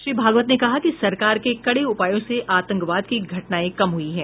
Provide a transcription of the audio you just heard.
श्री भागवत ने कहा कि सरकार के कड़े उपायों से आतंकवाद की घटनाएं कम हुई हैं